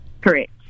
Correct